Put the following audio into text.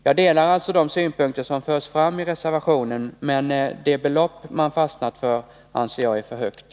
Jag ansluter mig alltså till de synpunkter som förs fram i reservationen, men det belopp man fastnat för anser jag är för högt.